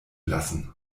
lassen